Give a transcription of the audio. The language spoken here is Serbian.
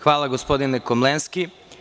Hvala gospodine Komlenski.